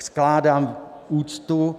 Skládám úctu.